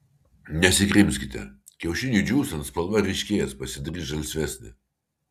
nesikrimskite kiaušiniui džiūstant spalva ryškės pasidarys žalsvesnė